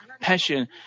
passion